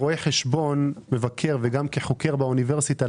כרואה חשבון מבקר וגם כחוקר באוניברסיטה,